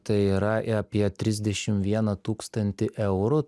tai yra apie trisdešim vieną tūkstantį eurų